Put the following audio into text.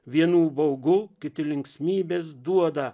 vienų baugu kiti linksmybės duoda